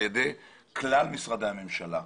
על ידי כלל משרדי הממשלה.